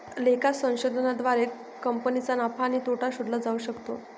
लेखा संशोधनाद्वारे कंपनीचा नफा आणि तोटा शोधला जाऊ शकतो